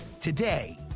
Today